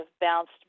bounced